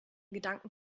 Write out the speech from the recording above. gedanken